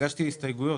הגשתי הסתייגויות.